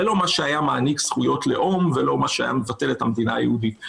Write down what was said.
זה לא מה שהיה מעניק זכויות לאום ולא מה שהיה מבטל את המדינה היהודית.